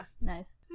nice